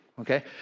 Okay